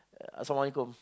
assalamualaikum